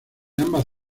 ambas